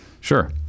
Sure